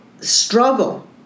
struggle